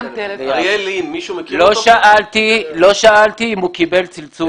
לא שאלתי אם הוא קיבל צלצול.